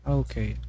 okay